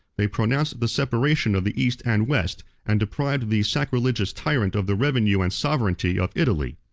they pronounced the separation of the east and west, and deprived the sacrilegious tyrant of the revenue and sovereignty of italy.